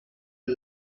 her